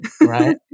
Right